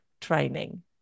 training